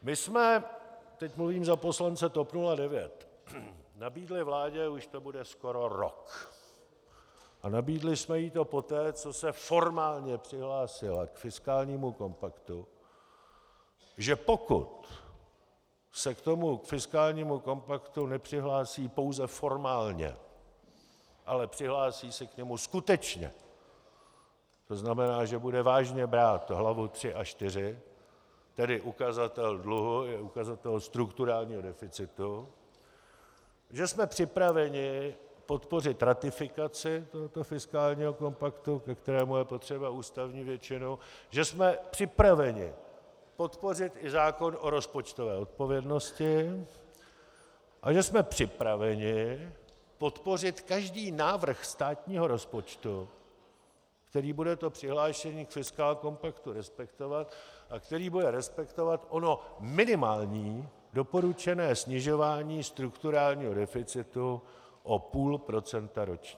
My jsme, teď mluvím za poslance TOP 09, nabídli vládě, už to bude skoro rok, a nabídli jsme jí to poté, co se formálně přihlásila k fiskálnímu kompaktu, že pokud se k tomu fiskálnímu kompaktu nepřihlásí pouze formálně, ale přihlásí se k němu skutečně, tzn. že bude vážně brát hlavu III a IV, tedy ukazatel dluhu i ukazatel strukturálního deficitu, že jsme připraveni podpořit ratifikaci tohoto fiskálního kompaktu, ke kterému je potřeba ústavní většina, že jsme připraveni podpořit i zákon o rozpočtové odpovědnosti a že jsme připraveni podpořit každý návrh státního rozpočtu, který bude to přihlášení respektovat a který bude respektovat ono minimální doporučené snižování strukturálního deficitu o půl procenta ročně.